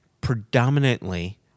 predominantly